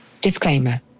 Disclaimer